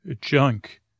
junk